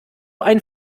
ein